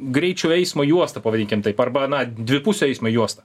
greičių eismo juosta pavadinkim taip arba na dvipusio eismo juosta